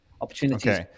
opportunities